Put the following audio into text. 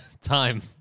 time